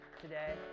today